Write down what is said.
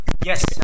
Yes